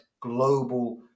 global